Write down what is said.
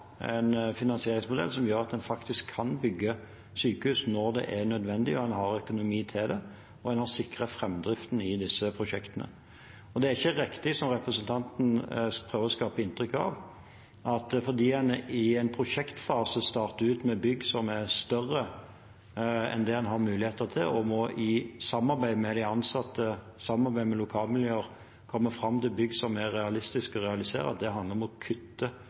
finansieringsmodell som gjør at man faktisk kan bygge sykehus når det er nødvendig, og man har økonomi til det, og man har sikret framdriften i disse prosjektene. Det er ikke riktig, som representanten prøver å skape inntrykk av, at fordi man i en prosjektfase starter med bygg som er større enn det man har muligheter til, og i samarbeid med de ansatte og med lokalmiljøer, må komme fram til bygg som er realistiske å realisere, handler det om å kutte